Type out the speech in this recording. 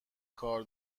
کار